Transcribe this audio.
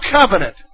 covenant